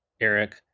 eric